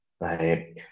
right